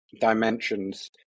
dimensions